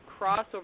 crossover